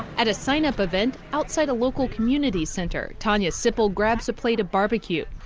at a sign up event outside a local community center, tonya sipple grabs a plate of barbeque.